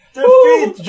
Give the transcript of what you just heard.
Defeat